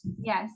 Yes